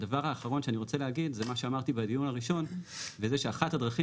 הדבר האחרון שאני רוצה להגיד זה מה שאמרתי בדיון הראשון וזה שאחת הדרכים